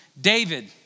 David